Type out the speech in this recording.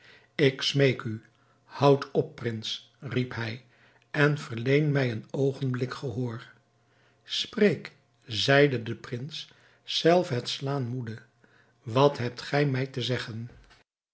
ik smeek u houdt op prins riep hij en verleen mij een oogenblik gehoor spreek zeide de prins zelf het slaan moede wat hebt gij mij te zeggen